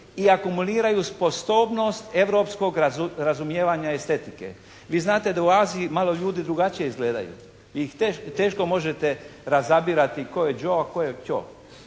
i akumuliraju sposobnost europskog razumijevanja estetike. Vi znate da u Aziji malo ljudi drugačije izgledaju i teško možete razabirati tko je Joe a tko je "Čo".